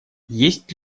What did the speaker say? есть